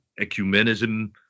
ecumenism